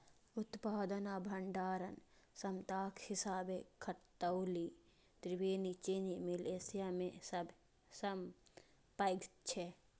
उत्पादन आ भंडारण क्षमताक हिसाबें खतौली त्रिवेणी चीनी मिल एशिया मे सबसं पैघ छै